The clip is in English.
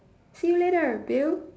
see you later bill